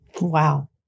Wow